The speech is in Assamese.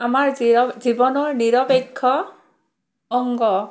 আমাৰ জীৱনৰ নিৰপেক্ষ অংগ